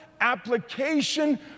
application